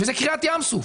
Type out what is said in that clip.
זאת קריעת ים סוף.